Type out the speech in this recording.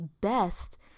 best